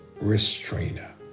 restrainer